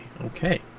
okay